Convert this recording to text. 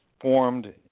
formed